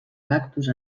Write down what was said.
cactus